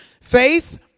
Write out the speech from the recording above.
Faith